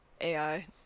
AI